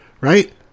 right